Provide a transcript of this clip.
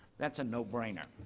that's a no-brainer.